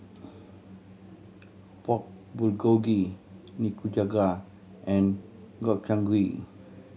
Pork Bulgogi Nikujaga and Gobchang Gui